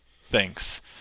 thanks